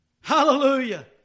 Hallelujah